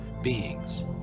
beings